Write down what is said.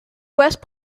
west